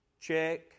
Check